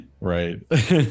Right